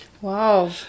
Wow